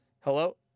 hello